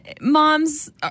Moms